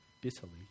bitterly